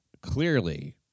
Clearly